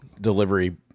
delivery